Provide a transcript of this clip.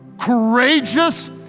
courageous